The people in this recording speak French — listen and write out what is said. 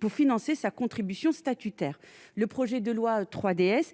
pour financer sa contribution statutaire, le projet de loi 3DS